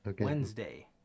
Wednesday